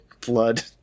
blood